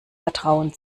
vertrauen